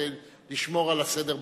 כדי לשמור על הסדר בכנסת.